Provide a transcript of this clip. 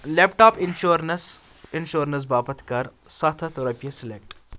لیپ top insurance insurance باپتھ کَر رۄپیہِ سِلیکٹ